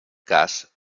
cas